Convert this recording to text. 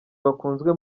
bakunzwe